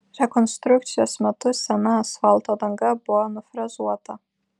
rekonstrukcijos metu sena asfalto danga buvo nufrezuota